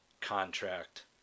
contract